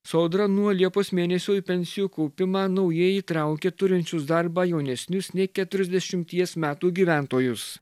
sodra nuo liepos mėnesio į pensijų kaupimą naujai įtraukia turinčius darbą jaunesnius nei keturiasdešimties metų gyventojus